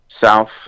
South